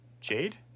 Jade